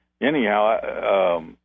anyhow